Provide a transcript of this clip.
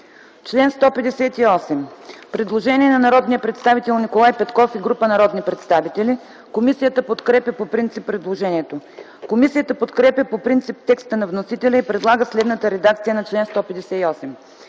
Член 180 – предложение на народния представител Николай Петков и група народни представители. Комисията подкрепя по принцип предложението. Комисията подкрепя по принцип текста на вносителя и предлага следната редакция на чл. 180: